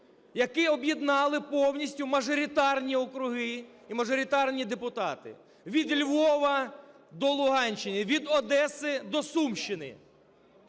які об'єднали повністю мажоритарні округи і мажоритарних депутатів від Львова до Луганщини, від Одеси до Сумщини.